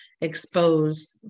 expose